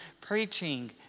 preaching